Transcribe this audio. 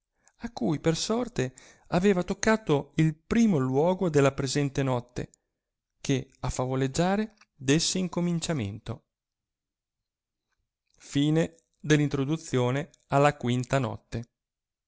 a cui per sorte aveva toccato il primo luogo della presente notte che a favoleggiare desse incominciamento la